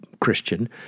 Christian